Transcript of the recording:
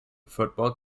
football